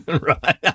Right